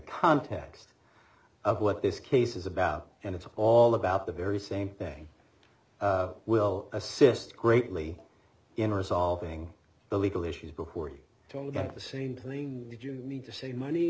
context of what this case is about and it's all about the very same thing will assist greatly in her solving the legal issues before you to get the same thing that you need to save money